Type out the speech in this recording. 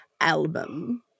album